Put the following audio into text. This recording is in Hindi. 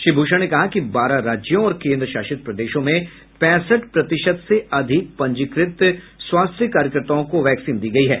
श्री भूषण ने कहा कि बारह राज्यों और केन्द्रशासित प्रदेशों में पैंसठ प्रतिशत से अधिक पंजीकृत स्वास्थ्य कार्यकर्ताओं को वैक्सीन दी गई है